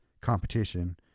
competition